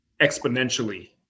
exponentially